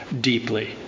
deeply